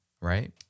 right